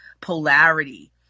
polarity